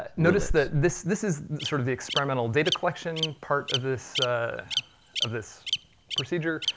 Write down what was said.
ah notice that this this is sort of the experimental data collection part of this of this procedure,